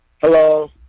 Hello